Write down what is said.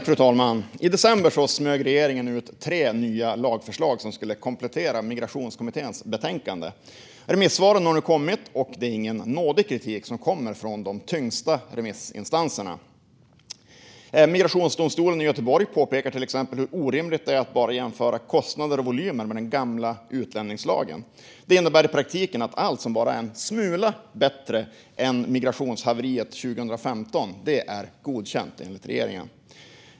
Fru talman! I december smög regeringen ut tre nya lagförslag som skulle komplettera Migrationskommitténs betänkande. Remissvaren har nu kommit, och det är ingen nådig kritik som kommer från de tyngsta remissinstanserna. Migrationsdomstolen i Göteborg påpekar till exempel hur orimligt det är att bara jämföra kostnader och volymer med den gamla utlänningslagen. Det innebär i praktiken att allt som bara är en smula bättre än migrationshaveriet 2015 är godkänt, enligt regeringen.